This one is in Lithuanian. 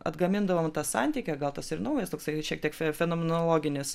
atgamindavome tą santykį gal tas ir naujas toksai šiek tiek fe fenomenologinis